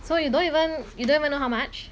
so you don't even you don't even know how much